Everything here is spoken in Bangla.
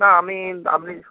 না আমি আপনি